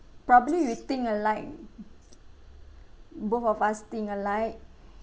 probably we think alike both of us think alike